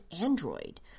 android